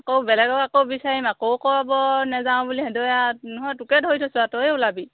আকৌ বেলেগক আকৌ বিচাৰিম আকৌ ক'ব নাযাওঁ বুলি সেইদৰে আৰু নহয় তোকে কৈ থৈছোঁ আৰু তইয়ে ওলাবি